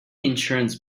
insurance